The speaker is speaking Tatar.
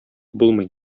булмый